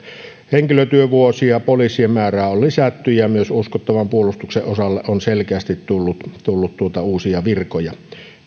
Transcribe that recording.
henkilötyövuosia poliisien määrää on lisätty ja myös uskottavan puolustuksen osalle on selkeästi tullut uusia virkoja